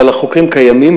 אבל החוקרים קיימים,